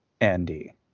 andy